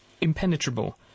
impenetrable